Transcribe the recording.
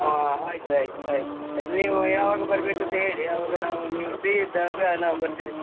ಹಾಂ ಆಯಿತು ಆಯಿತು ಆಯ್ತು ನೀವು ಯಾವಾಗ ಬರಬೇಕು ಅಂತ ಹೇಳಿ ಆವಾಗ ನಾವು ನೀವು ಫ್ರೀ ಇದ್ದಾಗ ನಾವು ಬರ್ತೇವೆ